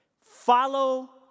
follow